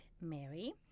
Mary